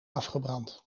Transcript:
afgebrand